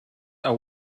are